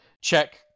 check